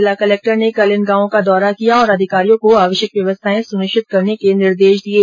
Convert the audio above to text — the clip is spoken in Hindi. जिला कलेक्टर ने कल इन गांवों का दौरा किया और अधिकारियों को आवश्यक व्यवस्थाएं सुनिश्चित करने के निर्देश दिये